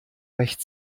recht